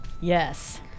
Yes